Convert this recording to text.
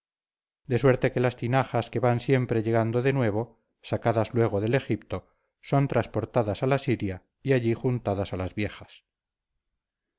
de suerte que las tinajas que van siempre llegando de nuevo sacadas luego del egipto son transportadas a la siria y allí juntadas a las viejas